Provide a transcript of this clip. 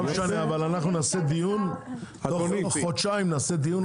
אנחנו נעשה דיון על זה תוך חודשיים,